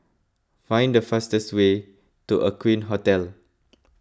find the fastest way to Aqueen Hotel